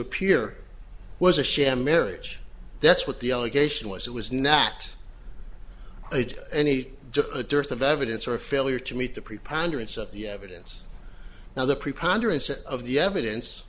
appear was a sham marriage that's what the allegation was it was nat any just a dearth of evidence or a failure to meet the preponderance of the evidence now the preponderance of the evidence